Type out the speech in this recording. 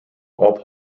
all